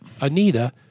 Anita